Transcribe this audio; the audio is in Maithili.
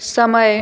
समय